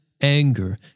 anger